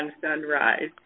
sunrise